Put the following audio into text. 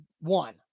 one